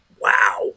wow